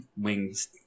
wings